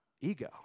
Ego